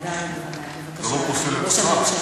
בוודאי ובוודאי, בבקשה, אדוני ראש הממשלה.